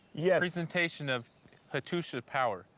yeah presentation of hattusha power.